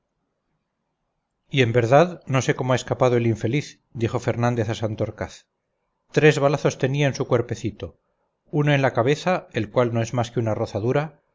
y en verdad no sé cómo ha escapado el infeliz dijo fernández a santorcaz tres balazos tenía en su cuerpecito uno en la cabeza el cual no es más que una rozadura